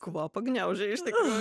kvapą gniaužė iš tikrųjų